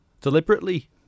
deliberately